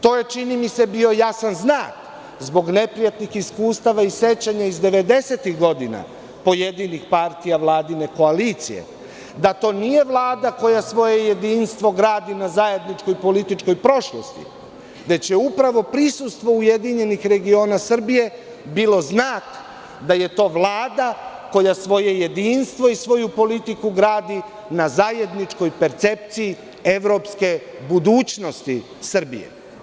To je, čini mi se, bio jasan znak zbog neprijatnih iskustava i sećanja iz 90-ih godina pojedinih partija vladine koalicije, da to nije Vlada koja svoje jedinstvo gradi na zajedničkoj političkoj prošlosti, već je upravo prisustvo URS bilo znak da je to Vlada koja svoje jedinstvo i svoju politiku gradi na zajedničkoj percepciji evropske budućnosti Srbije.